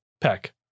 Peck